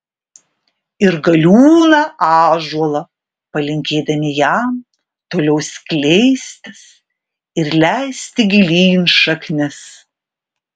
ir galiūną ąžuolą palinkėdami jam toliau skleistis ir leisti gilyn šaknis